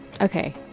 Okay